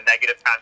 negative